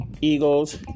Eagles